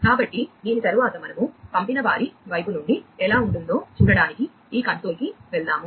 కాబట్టి దీని తరువాత మనము పంపినవారి వైపు నుండి ఎలా ఉంటుందో చూడటానికి ఈ కన్సోల్కి వెళ్దాము